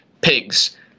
pigs